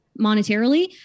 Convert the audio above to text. monetarily